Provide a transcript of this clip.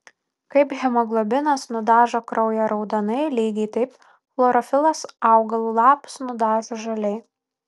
kaip hemoglobinas nudažo kraują raudonai lygiai taip chlorofilas augalų lapus nudažo žaliai